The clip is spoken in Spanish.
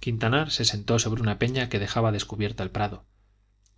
quintanar se sentó sobre una peña que dejaba descubierta el prado